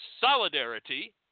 solidarity